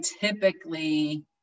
typically